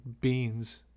beans